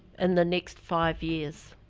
and the next five years,